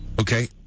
Okay